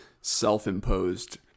self-imposed